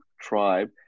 tribe